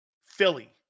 Philly